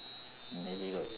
many got